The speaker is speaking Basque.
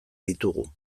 ditugu